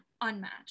unmatched